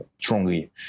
strongly